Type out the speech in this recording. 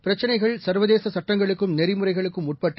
பிரச்சினைகள் சர்வதேச சட்டங்களுக்கும் நெறிமுறைகளுக்கும் உட்பட்டு